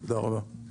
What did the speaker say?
תודה רבה.